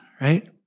right